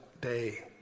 day